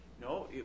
No